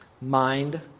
mind